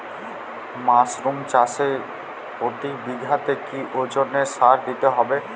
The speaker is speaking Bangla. মাসরুম চাষে প্রতি বিঘাতে কি ওজনে সার দিতে হবে?